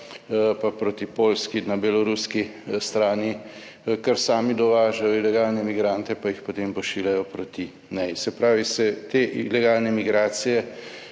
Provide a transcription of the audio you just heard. pa proti Poljski, na beloruski strani, kar sami dovažajo ilegalne migrante pa jih potem pošiljajo proti meji. Se pravi, se te ilegalne migracije